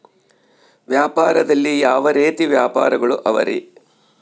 ವ್ಯಾಪಾರದಲ್ಲಿ ಯಾವ ರೇತಿ ವ್ಯಾಪಾರಗಳು ಅವರಿ?